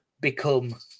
become